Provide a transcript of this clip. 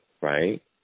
right